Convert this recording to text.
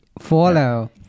follow